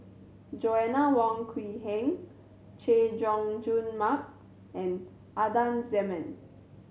Joanna Wong Quee Heng Chay Jung Jun Mark and Adan Jimenez